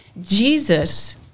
Jesus